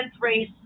race